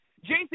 Jason